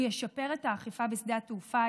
הוא ישפר את האכיפה בשדה התעופה,